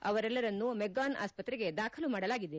ಅವರೆಲ್ಲರನ್ನೂ ಮೆಗ್ಗಾನ್ ಆಸ್ಪತ್ರೆಗೆ ದಾಖಲು ಮಾಡಲಾಗಿದೆ